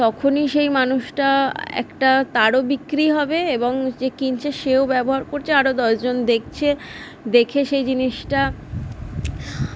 তখনই সেই মানুষটা একটা তারও বিক্রি হবে এবং যে কিনছে সেও ব্যবহার করছে আরো দশজন দেখছে দেখে সেই জিনিসটা